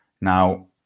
Now